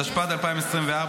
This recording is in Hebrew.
התשפ"ד 2024,